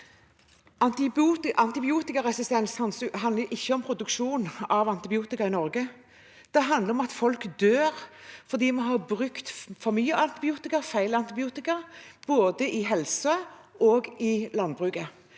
Antibioti- karesistens handler ikke om produksjon av antibiotika i Norge. Det handler om at folk dør fordi man har brukt for mye antibiotika og feil antibiotika